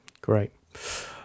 great